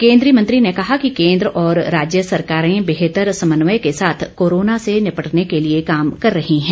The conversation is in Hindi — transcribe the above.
केंद्रीय मंत्री ने कहा कि केंद्र और राज्य सरकारे बेहतर समन्वय के साथ कोरोना से निपटने के लिए काम कर रही है